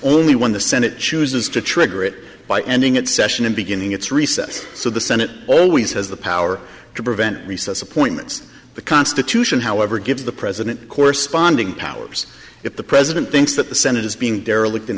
only when the senate chooses to trigger it by ending its session and beginning its recess so the senate always has the power to prevent recess appointments the constitution however gives the president corresponding powers if the president thinks that the senate is being derelict in